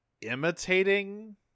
imitating